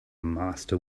master